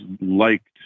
liked